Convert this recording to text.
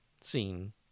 seen